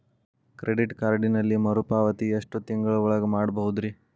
Credit ಕಾರ್ಡಿನಲ್ಲಿ ಮರುಪಾವತಿ ಎಷ್ಟು ತಿಂಗಳ ಒಳಗ ಮಾಡಬಹುದ್ರಿ?